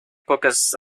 pocas